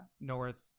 North